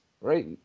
right